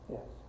Yes